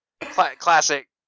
Classic